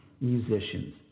musicians